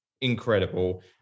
incredible